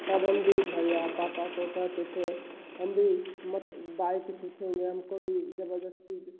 तब हम भी भैया पापा को कहते थे हम भी मत बाइक सीखेंगे हमको भी ज़बरदस्ती